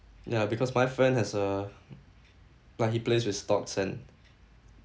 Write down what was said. ya because my friend has a like he plays with stocks and